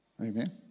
Amen